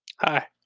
Hi